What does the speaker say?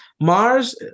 mars